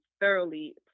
thoroughly